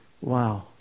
wow